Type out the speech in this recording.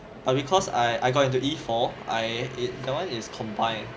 but because I I got into E four I eh that one is combined